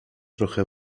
trochę